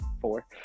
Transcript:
four